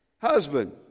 husband